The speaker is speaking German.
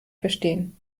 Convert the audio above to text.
verstehen